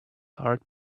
heart